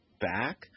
back